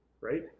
Right